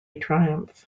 triumph